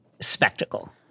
spectacle